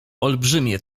olbrzymie